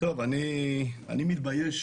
אני מתבייש